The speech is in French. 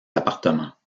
appartements